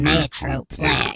Metroplex